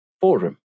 forum